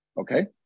Okay